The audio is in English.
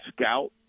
Scout